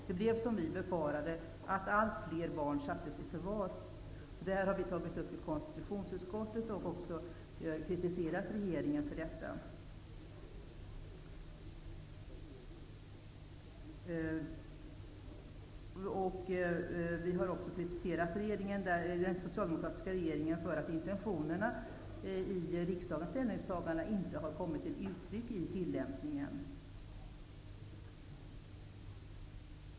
Det blev som vi befarade -- allt fler barn sattes i förvar. Vi har tagit upp detta i konstitutionsutskottet, och vi har även kritiserat regeringen för detta. Vi har också kritiserat den socialdemokratiska regeringen för att intentionerna i riksdagens ställningstaganden inte har kommit till uttryck i tillämpningen.